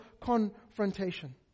confrontation